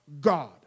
God